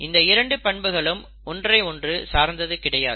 இந்த இரண்டு பண்புகளும் ஒன்றை ஒன்று சார்ந்தது கிடையாது